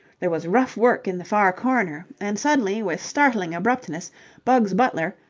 there was rough work in the far corner, and suddenly with startling abruptness bugs butler,